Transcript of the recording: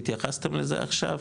התייחסתם לזה עכשיו,